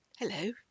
Hello